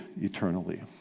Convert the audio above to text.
eternally